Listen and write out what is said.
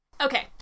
Okay